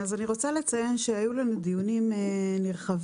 אני רוצה לציין שהיו לנו דיונים נרחבים,